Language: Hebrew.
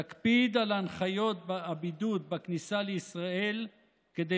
תקפיד על הנחיות הבידוד בכניסה לישראל כדי